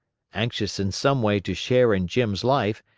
anxious in some way to share in jim's life,